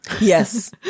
Yes